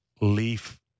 leaf